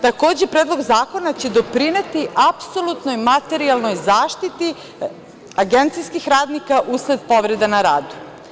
Takođe, Predlog zakona će doprineti apsolutnoj materijalnoj zaštiti agencijskih radnika usled povrede na radu.